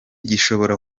gishobora